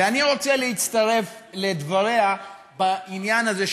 ואני רוצה להצטרף לדבריה בעניין הזה,